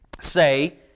say